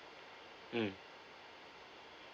mm